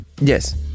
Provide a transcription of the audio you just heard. Yes